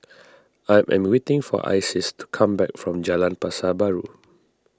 I am waiting for Isis to come back from Jalan Pasar Baru